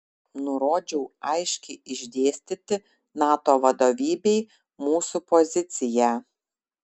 nurodžiau aiškiai išdėstyti nato vadovybei mūsų poziciją